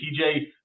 TJ